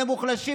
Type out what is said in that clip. על המוחלשים,